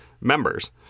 members